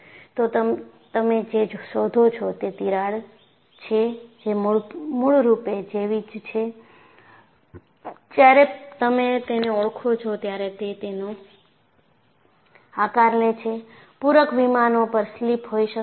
તો તમે જે શોધો છો તે તિરાડ છે જે મૂળરૂપે જેવી જ છે જ્યારે તમે તેને ઓળખો છો ત્યારે તે તેનો આકાર લે છે પૂરક વિમાનો પર સ્લિપ હોઈ શકે છે